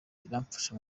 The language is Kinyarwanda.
iramfasha